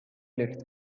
looked